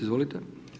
Izvolite.